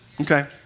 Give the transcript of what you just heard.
Okay